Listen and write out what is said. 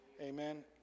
Amen